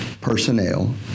personnel